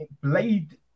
Blade